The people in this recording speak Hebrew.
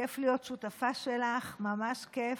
כיף להיות שותפה שלך, ממש כיף.